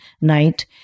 night